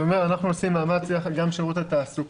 אני אומר שאנחנו עושים מאמץ יחד גם עם שירות התעסוקה,